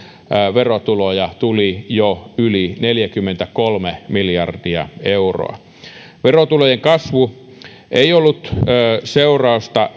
verotuloja tuli jo yli neljäkymmentäkolme miljardia euroa verotulojen kasvu ei ollut seurausta